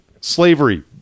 slavery